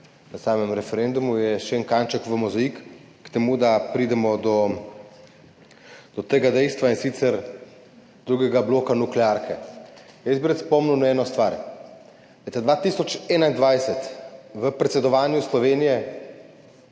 na samem referendumu, je še en kamenček v mozaiku k temu, da pridemo do tega dejstva, in sicer do drugega bloka nuklearke. Jaz bi rad spomnil na eno stvar. Leta 2021 v predsedovanju Slovenije